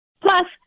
plus